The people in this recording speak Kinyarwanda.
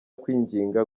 kwinginga